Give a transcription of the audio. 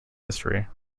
history